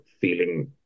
feeling